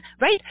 right